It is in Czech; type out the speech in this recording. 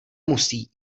musí